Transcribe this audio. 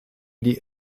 die